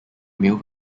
male